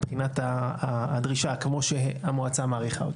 זה מבחינת הדרישה, כמו שהמועצה מעריכה אותה.